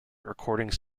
recordings